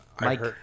Mike